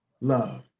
love